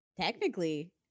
technically